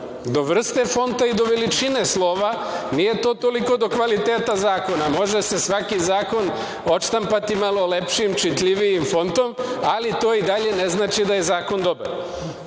do vrste fonta i do veličine slova, nije to toliko do kvaliteta zakona. Može se svaki zakon odštampati malo lepšim, čitljivijim fontom, ali to i dalje ne znači da je zakon dobar. Drugo,